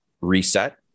reset